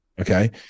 Okay